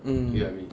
mm